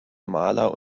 maler